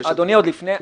סיימנו,